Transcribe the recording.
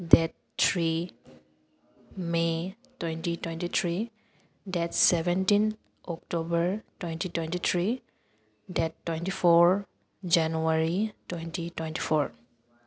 date three may twenty twenty three date seventeen October twenty twenty three date twenty four January twenty twenty four